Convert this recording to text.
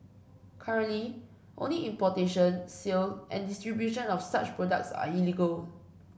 currently only importation sale and distribution of such products are illegal